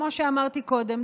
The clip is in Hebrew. כמו שאמרתי קודם,